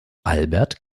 albert